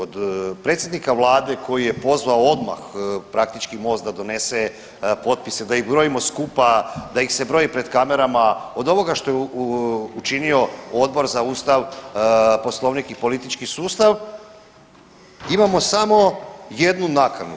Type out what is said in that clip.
Od predsjednika Vlade koji je pozvao odmah praktički Most da donese potpise da ih brojimo skupa, da ih se broji pred kamerama, od ovoga što je učinio Odbor za Ustav, Poslovnik i politički sustav, imamo samo jednu nakanu.